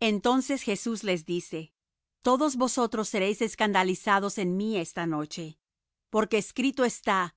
entonces jesús les dice todos vosotros seréis escandalizados en mí esta noche porque escrito está